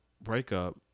breakup